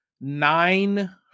nine